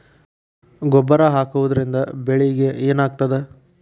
ಗೊಬ್ಬರ ಹಾಕುವುದರಿಂದ ಬೆಳಿಗ ಏನಾಗ್ತದ?